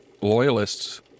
loyalists